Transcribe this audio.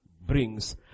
brings